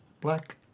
black